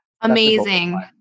Amazing